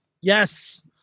Yes